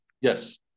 Yes